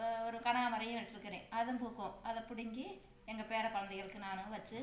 ஒரு கனகாமரையும் விட்டுருக்குறேன் அதுவும் பூக்கும் அதைப் பிடுங்கி எங்கள் பேரக் குழந்தைகளுக்கு நானும் வச்சு